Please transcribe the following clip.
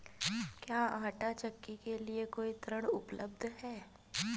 क्या आंटा चक्की के लिए कोई ऋण उपलब्ध है?